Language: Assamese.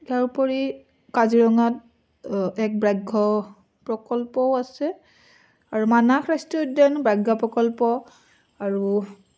তাৰোপৰি কাজিৰঙাত এক ব্যাঘ্ৰ প্ৰকল্পও আছে আৰু মানাহ ৰাষ্ট্ৰীয় উদ্যান ব্যাঘ্ৰ প্ৰকল্প আৰু